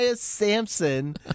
Samson